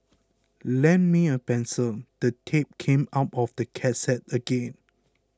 lend me a pencil the tape came out of the cassette again